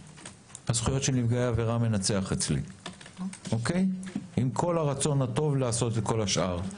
הזכויות של נפגעי העבירה מנצח אצלי עם כל הרצון הטוב לעשות לכל השאר.